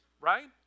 right